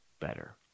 better